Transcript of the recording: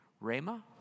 Rama